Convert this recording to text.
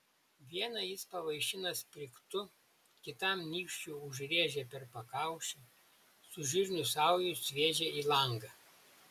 vieną jis pavaišina sprigtu kitam nykščiu užrėžia per pakaušį su žirnių sauja sviedžia į langą